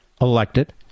elected